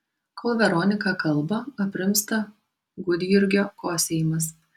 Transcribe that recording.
kol veronika kalba aprimsta gudjurgio kosėjimas